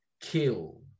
kill